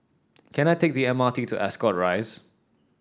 can I take the M R T to Ascot Rise